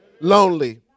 Lonely